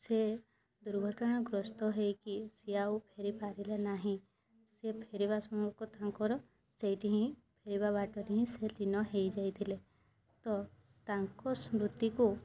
ସେ ଦୁର୍ଘଟଣା ଗ୍ରସ୍ତ ହେଇକି ସିଏ ଆଉ ଫେରି ପାରିଲେ ନାହିଁ ସେ ଫେରିବା ସମୟରେ ତାଙ୍କର ସେଇଠି ହିଁ ଯିବା ବାଟରେ ହିଁ ସେ ଲିନ ହୋଇଯାଇଥିଲେ ତ ତାଙ୍କ ସ୍ମୃତିକୁ